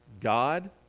God